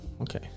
Okay